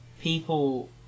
people